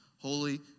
Holy